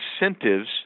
incentives